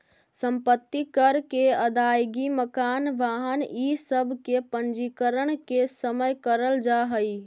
सम्पत्ति कर के अदायगी मकान, वाहन इ सब के पंजीकरण के समय करल जाऽ हई